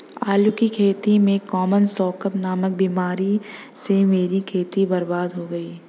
आलू की खेती में कॉमन स्कैब नामक बीमारी से मेरी खेती बर्बाद हो गई